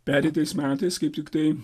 pereitais metais kaip tiktai